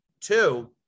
Two